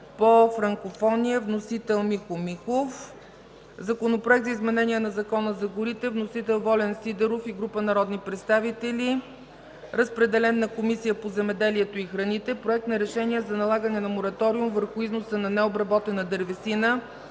по франкофония. Вносител – Михо Михов. Законопроект за изменение на Закона за горите. Вносител – Волен Сидеров и група народни представители. Разпределен е на Комисията по земеделието и храните. Проект за решение за налагане на Мораториум върху износа на необработена дървесина.